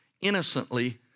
innocently